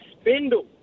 spindle